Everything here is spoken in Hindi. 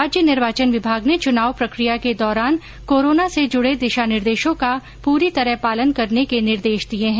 राज्य निर्वाचन विभाग ने चुनाव प्रक्रिया के दौरान कोरोना से जुड़े दिशा निर्देशों का पूरी तरह पालन करने के निर्देश दिये हैं